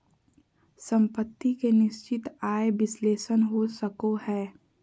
सम्पत्ति के निश्चित आय विश्लेषण हो सको हय